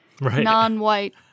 non-white